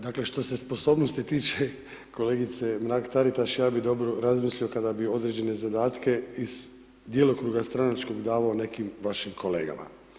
Dakle, što se sposobnosti tiče, kolegice Mrak-Taritaš ja bih dobro razmislio kada bi određene zadatke iz djelokruga stranačkog davao nekim vašim kolegama.